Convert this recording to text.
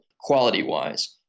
quality-wise